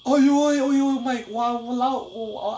!aiyo! !aiyo! oh my !wah! !walao! w~